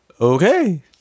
okay